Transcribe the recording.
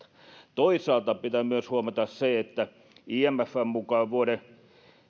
toisaalta pitää myös huomata se että imfn mukaan vuoden